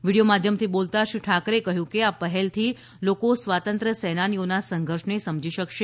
video માધ્યમથી બોલતાં શ્રી ઠાકરેએ કહ્યું કે આ પહેલથી લોકો સ્વાતંત્ર સેનાનીઓના સંઘર્ષને સમજી શકશે